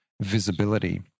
visibility